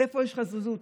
איפה יש לך זריזות,